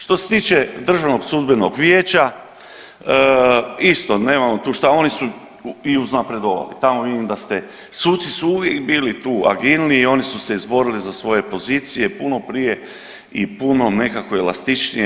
Što se tiče Državnog sudbenog vijeća, isto nemamo tu šta oni su i uznapredovali, tamo vidim da ste suci su uvijek bili tu agilniji i oni su se izborili za svoje pozicije puno prije i puno nekako elastičnije.